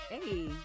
Hey